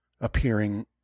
appearing